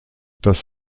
das